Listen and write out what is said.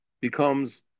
becomes